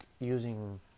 using